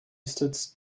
stood